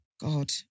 God